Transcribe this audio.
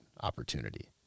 opportunity